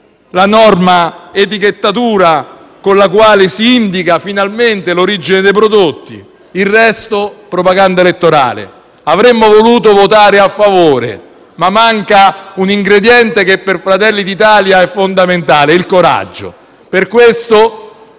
la norma sull'etichettatura con la quale si indica finalmente l'origine dei prodotti. Il resto è propaganda elettorale. Avremmo voluto votare a favore ma manca un ingrediente che per Fratelli d'Italia è fondamentale: il coraggio. Per questo